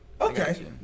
Okay